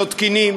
לא תקינים.